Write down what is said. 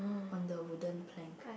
on the wooden plank